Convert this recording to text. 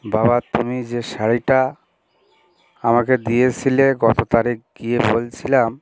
বাবা তুমি যে শাড়িটা আমাকে দিয়েছিলে গত তারিখ গিয়ে বলছিলাম